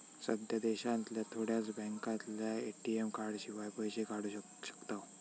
सध्या देशांतल्या थोड्याच बॅन्कांतल्यानी ए.टी.एम कार्डशिवाय पैशे काढू शकताव